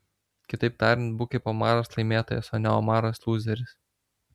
kitaip tariant būk kaip omaras laimėtojas o ne omaras lūzeris